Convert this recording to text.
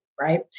right